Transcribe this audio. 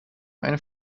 eine